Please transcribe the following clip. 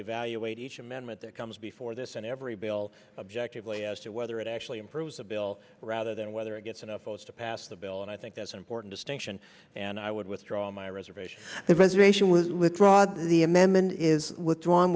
evaluate each amendment that comes before this and every bill objectively as to whether it actually improves a bill rather than whether it gets enough votes to pass the bill and i think that's an important distinction and i would withdraw my reservation reservation was withdraw the amendment is withdrawn